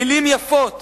מלים יפות